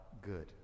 good